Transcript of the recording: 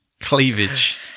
Cleavage